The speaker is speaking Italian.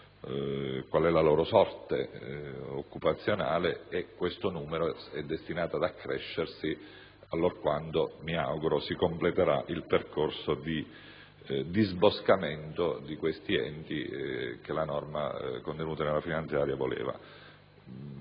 la loro sorte occupazionale. Questo numero è destinato ad accrescersi, allorquando - mi auguro - si completerà il percorso di disboscamento di tali enti, che la norma contenuta nella finanziaria intendeva